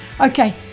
Okay